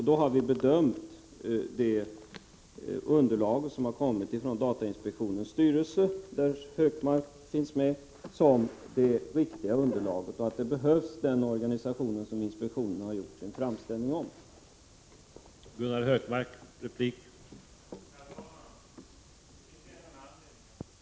Vi har bedömt det underlag som har kommit från datainspektionens styrelse, där Gunnar Hökmark finns med, som varande det riktiga och att den organisation som inspektionen har gjort en framställning om behövs.